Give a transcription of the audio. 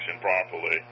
properly